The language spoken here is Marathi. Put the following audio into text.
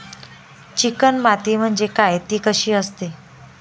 चिकण माती म्हणजे काय? ति कशी असते?